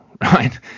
right